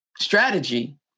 strategy